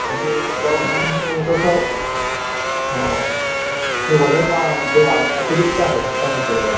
आणि कफ आणि जे तसं ते वजन वा जे वा अतिरिक्त आहे त्या संदर्भात